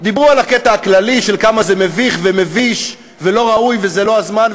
דיברו על הקטע הכללי של כמה שזה מביך ומביש ולא ראוי וזה לא הזמן,